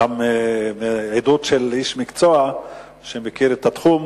גם כעדות של איש מקצוע שמכיר את התחום.